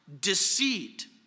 deceit